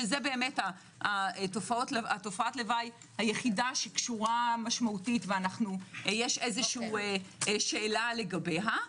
שזה תופעת הלוואי היחידה שקשורה משמעותית ויש שאלה לגביה,